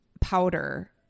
powder